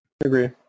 agree